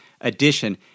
edition